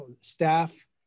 staff